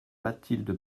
mathilde